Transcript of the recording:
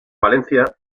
valencia